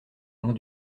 long